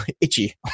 itchy